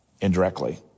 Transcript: indirectly